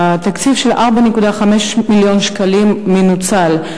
התקציב של 4.5 מיליון שקלים מנוצל.